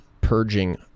purging